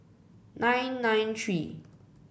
nine nine three